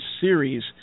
series